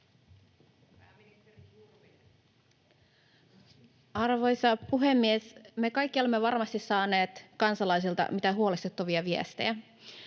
Arvoisa puhemies! Me kaikki olemme varmasti saaneet kansalaisilta mitä huolestuttavampia viestejä.